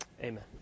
Amen